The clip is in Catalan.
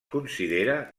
considera